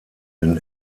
den